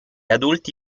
adulti